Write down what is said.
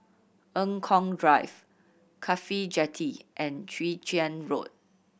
Eng Kong Drive CAFHI Jetty and Chwee Chian Road